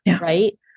right